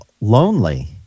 lonely